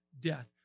death